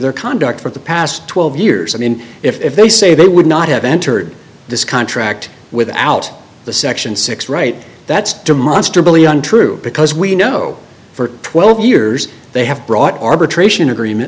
their conduct for the past twelve years i mean if they say they would not have entered this contract without the section six right that's demonstrably untrue because we know for twelve years they have brought arbitration agreement